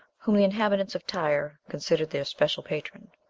whom the inhabitants of tyre considered their special patron.